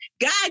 God